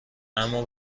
اما